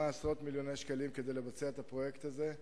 עשרות מיליוני שקלים כדי לבצע את הפרויקט הזה.